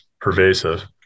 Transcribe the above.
pervasive